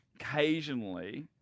occasionally